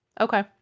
Okay